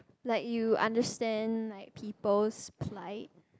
like you understand like people's plight